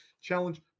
challenge